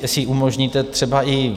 Jestli umožníte třeba i...